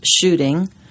shooting